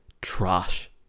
trash